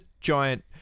giant